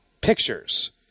pictures